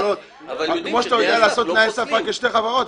כמו שאתה יודע לעשות תנאי סף רק לשתי חברות,